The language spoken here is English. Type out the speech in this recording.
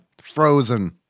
frozen